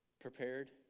prepared